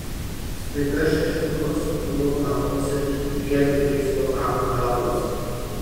staiga šešetuką su kuriuo kaunuosi griebia trys botago galvos